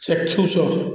ଚାକ୍ଷୁଷ